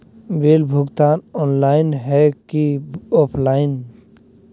Bill भुगतान online है की ऑफलाइन?